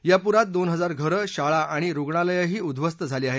या पुरात दोन हजार घरं शाळा अणि रुग्णालयही उद्ध्वस्त झाली आहेत